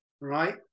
right